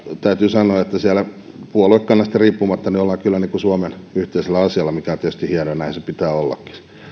täytyy sanoa että siellä ollaan kyllä puoluekannasta riippumatta suomen yhteisellä asialla mikä on tietysti hienoa ja näin sen pitää ollakin minulla on